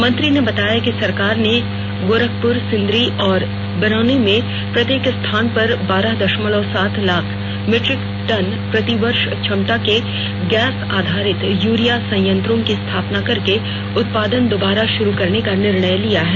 मंत्री ने बताया कि सरकार ने गोरखपुर सिंदरी और बरौनी में प्रत्येक स्थान पर बारह दशमलव सात लाख मीट्रिक टन प्रति वर्ष क्षमता के गैस आधारित यूरिया संयंत्रों की स्थापना करके उत्पादन दोबारा शुरू करने का निर्णय लिया है